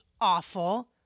awful